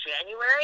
January